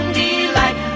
delight